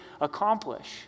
accomplish